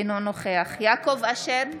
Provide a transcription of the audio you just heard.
אינו נוכח יעקב אשר,